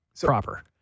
proper